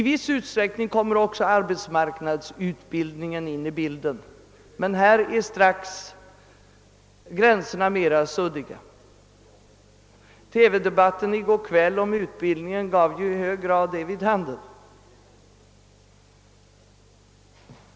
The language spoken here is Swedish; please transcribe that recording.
I viss utsträckning kommer också arbetsmarknadsutbildningen in i bilden. Men där blir gränserna strax mera suddiga — det framgick också av TV debatten i går kväll om utbildningssy stemet.